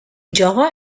java